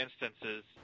instances